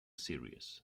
series